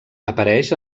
apareix